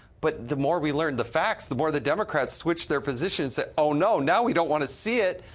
but the more we learn the facts, the more the democrats switch their positions two ah oh, no, now we don't want to see it.